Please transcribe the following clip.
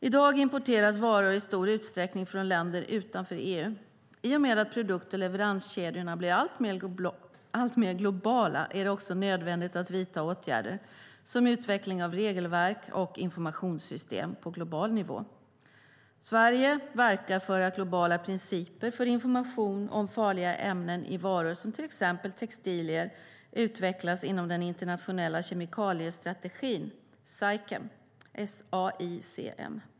I dag importeras varor i stor utsträckning från länder utanför EU. I och med att produkt och leveranskedjorna blir alltmer globala är det också nödvändigt att vidta åtgärder, såsom utveckling av regelverk och informationssystem, på global nivå. Sverige verkar för att globala principer för information om farliga ämnen i varor, till exempel textilier, utvecklas inom den internationella kemikaliestrategin SAICM.